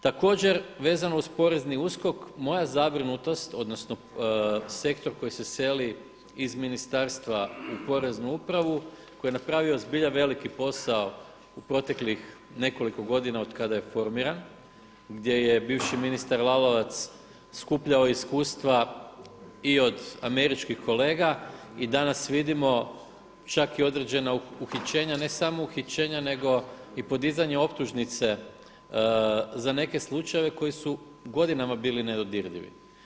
Također vezano uz porezni USKOK moja zabrinutost odnosno sektor koji se seli iz ministarstva u poreznu upravu, koji je napravio zbilja veliki posao u proteklih nekoliko godina od kada je formiran, gdje je bivši ministar Lalovac skupljao iskustva i od američkih kolega i danas vidimo čak i određena uhićenja, ne samo uhićenja nego i podizanje optužnice za neke slučajeve koji su godinama bili nedodirljivi.